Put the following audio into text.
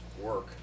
work